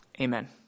Amen